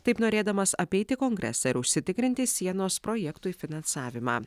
taip norėdamas apeiti kongresą ir užsitikrinti sienos projektui finansavimą